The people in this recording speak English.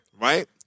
right